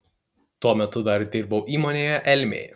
tuo metu dar dirbau įmonėje elmė